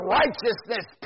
righteousness